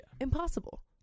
Impossible